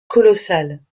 colossales